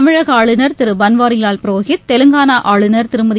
தமிழக ஆளுநர் திரு பன்வாரிலால் புரோஹித் தெலங்கானா ஆளுநர் திருமதி